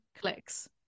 clicks